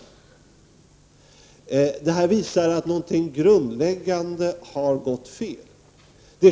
Detta visar att någonting grundläggande har gått fel.